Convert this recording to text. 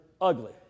ugly